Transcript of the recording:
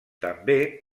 també